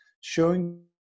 showing